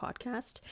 podcast